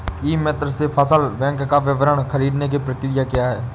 ई मित्र से फसल ऋण का विवरण ख़रीदने की प्रक्रिया क्या है?